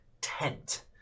tent